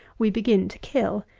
we begin to kill,